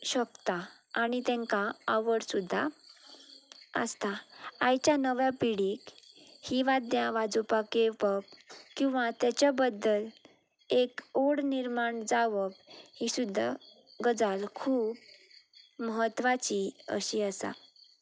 शकता आनी तेंकां आवड सुद्दां आसता आयच्या नव्या पिढीक ही वाद्यां वाजोवपाक येवप किंवां तेच्या बद्दल एक ओड निर्माण जावप ही सुद्दां गजाल खूब म्हत्वाची अशी आसा